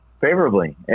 favorably